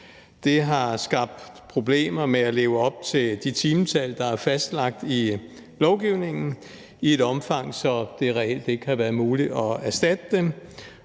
Det har skabt problemer med at leve op til de timetal, der er fastsat i lovgivningen, i et omfang, så det reelt ikke har været muligt at erstatte dem.